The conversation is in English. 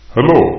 Hello